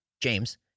James